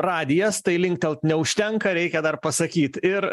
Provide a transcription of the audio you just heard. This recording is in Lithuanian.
radijas tai linktelt neužtenka reikia dar pasakyt ir